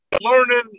learning